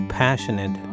passionate